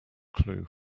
clue